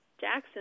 Jackson